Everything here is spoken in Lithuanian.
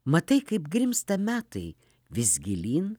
matai kaip grimzta metai vis gilyn